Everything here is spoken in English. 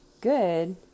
good